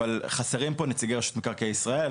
אבל חסרים פה נציגי רשות מקרקעי ישראל,